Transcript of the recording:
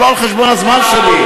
אבל לא על חשבון הזמן שלי.